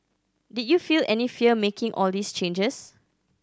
did you feel any fear making all these changes